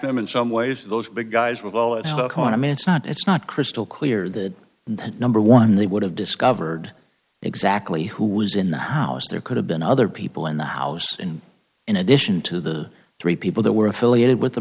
them in some ways those big guys with i mean it's not it's not crystal clear that intent number one they would have discovered exactly who was in the house there could have been other people in the house and in addition to the three people that were affiliated with the